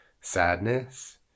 sadness